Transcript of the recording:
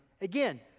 Again